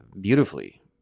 Beautifully